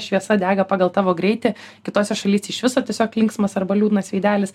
šviesa dega pagal tavo greitį kitose šalyse iš viso tiesiog linksmas arba liūdnas veidelis